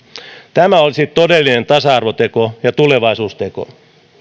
tämä olisi todellinen tasa arvoteko ja tulevaisuusteko